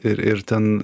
ir ir ten